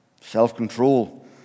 Self-control